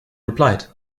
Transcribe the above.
replied